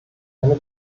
eine